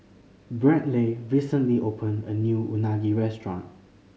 Brantley recently opened a new Unagi restaurant